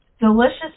delicious